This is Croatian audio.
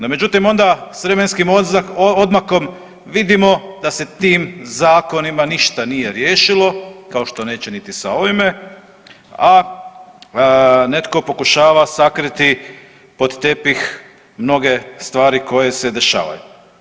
No međutim onda s vremenskim odmakom vidimo da se tim zakonima ništa nije riješilo, kao što neće niti sa ovime, a netko pokušava sakriti pod tepih mnoge stvari koje se dešavaju.